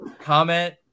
comment